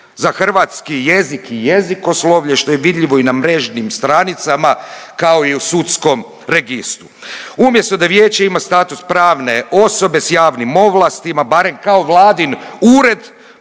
za hrvatski jezik i jezikoslovlje što je vidljivo i na mrežnim stranicama kao i u sudskom registru. Umjesto da vijeće ima statut pravne osobe s javnim ovlastima barem kao vladin ured,